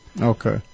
Okay